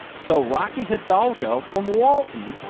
so rocky hidalgo from walton,